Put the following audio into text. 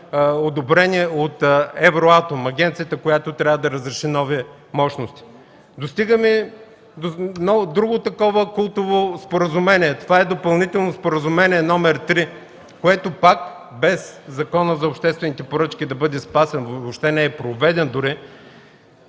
одобрение от „Евроатом” – агенцията, която трябва да разреши нови мощности. Достигаме до друго такова култово споразумение – Допълнително споразумение № 3. Без Законът за обществените поръчки да бъде спазен, въобще не е проведен дори,